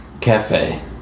cafe